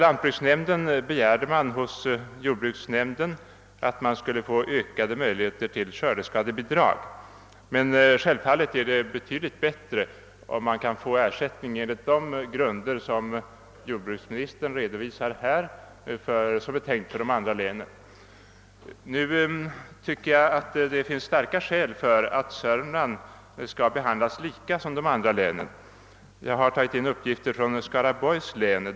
Lantbruksnämnden begärde hos jordbruksnämnden att man skulle få ökade möjligheter till skördeskadebidrag, men självfallet är det betydligt bättre om man kan få ersättning enligt de grunder som jordbruksministern här har redovisat och som man tänkt sig för de andra länen. Jag tycker att det finns starka skäl för att Södermanland skall behandlas på samma sätt som de andra länen. Jag har inhämtat uppgifter från Skaraborgs län.